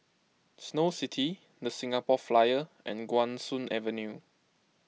Snow City the Singapore Flyer and Guan Soon Avenue